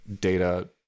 data